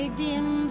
dim